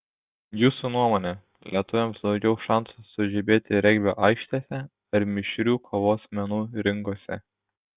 jūsų nuomone lietuviams daugiau šansų sužibėti regbio aikštėse ar mišrių kovos menų ringuose